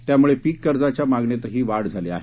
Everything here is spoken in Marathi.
त्यामुळे पीक कर्जाच्या मागणीतही वाढ झाली आहे